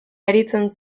aritzen